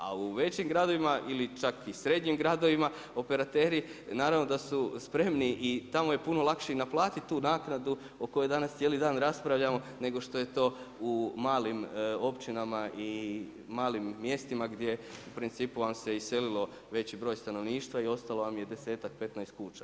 A u većim gradovima, ili čak u srednjim gradovima, operateri, naravno da su spremni i tamo je puno lakše i naplatiti tu naknadu o kojoj danas cijeli dan raspravljamo, nego što je to u malim općinama i malim mjestima, gdje u principu, vam se iselilo veći broj stanovništva i ostalo vam je 10, 15 kuća.